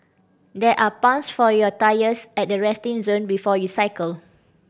there are pumps for your tyres at the resting zone before you cycle